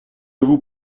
vous